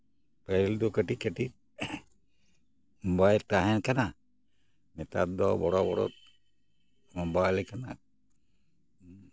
ᱯᱟᱹᱦᱤᱞ ᱫᱚ ᱠᱟᱹᱴᱤᱡ ᱠᱟᱹᱴᱤᱡ ᱢᱳᱵᱟᱭᱤᱞ ᱛᱟᱦᱮ ᱠᱟᱱᱟ ᱱᱮᱛᱟᱨ ᱫᱚ ᱵᱚᱲᱚ ᱵᱚᱲᱚ ᱢᱳᱵᱟᱭᱤᱞ ᱞᱮᱠᱟᱱᱟᱜ